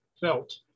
felt